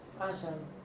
Awesome